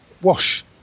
wash